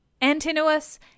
Antinous